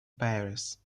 paris